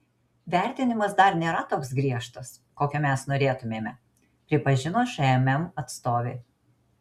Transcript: vertinimas dar nėra toks griežtas kokio mes norėtumėme pripažino šmm atstovė